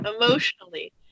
emotionally